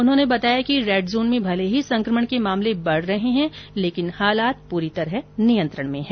उन्होंने बताया कि रेड जोन में भले ही संक्रमण के मामले बढ़ रहे हैं लेकिन हालात पूरी तरह नियंत्रण में हैं